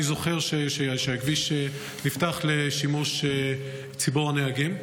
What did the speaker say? כשהכביש נפתח לשימוש ציבור הנהגים,